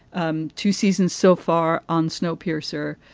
um two seasons so far on snowpiercer.